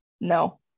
No